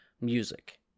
music